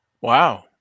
Wow